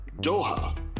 Doha